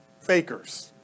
fakers